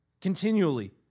continually